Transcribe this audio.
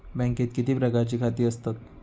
बँकेत किती प्रकारची खाती आसतात?